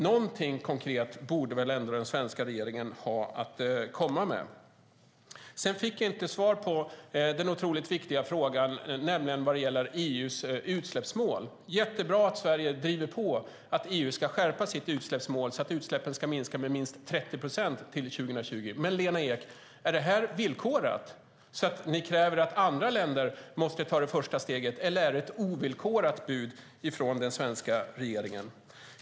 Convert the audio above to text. Någonting konkret borde väl ändå den svenska regeringen ha att komma med. Jag fick inte svar på den otroligt viktiga frågan om EU:s utsläppsmål. Det är jättebra att Sverige driver på för att EU ska skärpa sitt utsläppsmål så att utsläppen minskar med minst 30 procent till 2020. Men Lena Ek, är det här villkorat så att ni kräver att andra länder måste ta det första steget? Eller är det ett ovillkorat bud från den svenska regeringen?